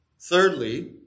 Thirdly